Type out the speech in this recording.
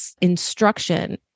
instruction